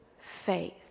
faith